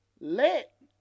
let